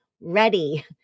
ready